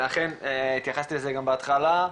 ואכן התייחסתי לזה גם בהתחלה,